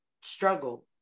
struggle